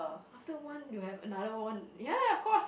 after one you will have another one ya of course